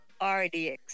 RDX